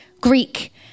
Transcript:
Greek